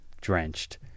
Drenched